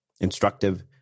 instructive